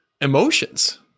emotions